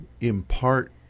impart